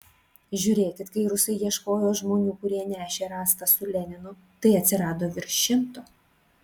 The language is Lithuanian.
žiūrėkit kai rusai ieškojo žmonių kurie nešė rastą su leninu tai atsirado virš šimto